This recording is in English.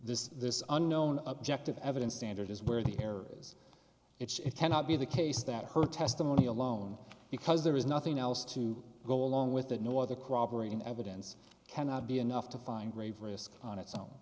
this this unknown objective evidence standard is where the error is it cannot be the case that her testimony alone because there is nothing else to go along with that no other corroborating evidence cannot be enough to find grave risk on its own